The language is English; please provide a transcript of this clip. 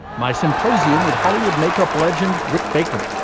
my symposium with hollywood makeup legend rick baker.